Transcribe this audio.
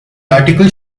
article